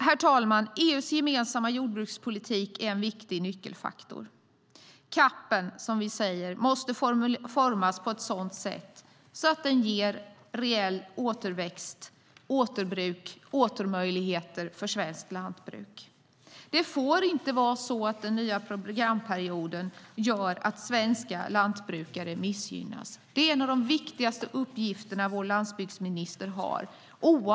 Herr talman! EU:s gemensamma jordbrukspolitik är en viktig nyckelfaktor. CAP:en, som vi säger, måste formas på ett sådant sätt att den ger reell återväxt, återbruk och återmöjligheter för svenskt lantbruk. Det får inte vara så att den nya programperioden gör att svenska lantbrukare missgynnas. Det är en av de viktigaste uppgifter vår landsbygdsminister har.